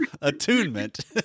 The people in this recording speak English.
attunement